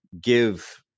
give